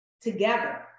together